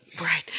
Right